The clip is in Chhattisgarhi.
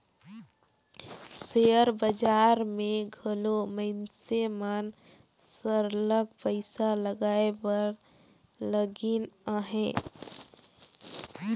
सेयर बजार में घलो मइनसे मन सरलग पइसा लगाए बर लगिन अहें